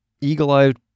eagle-eyed